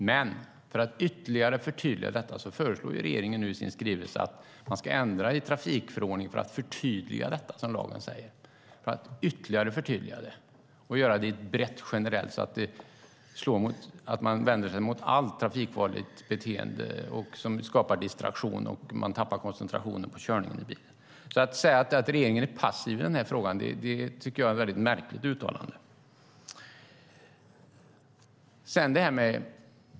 Men för att ytterligare förtydliga detta föreslår regeringen nu i sin skrivelse att man ska ändra i trafikförordningen för att ytterligare förtydliga det som lagen säger och göra det brett, generellt, så att det vänder sig mot allt trafikfarligt beteende som skapar distraktion och gör att föraren tappar koncentrationen på körning i bilen. Att säga att regeringen är passiv i den här frågan tycker jag är ett märkligt uttalande.